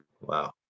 Wow